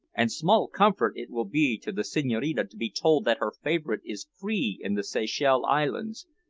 and small comfort it will be to the senhorina to be told that her favourite is free in the seychelles islands,